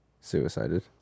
Suicided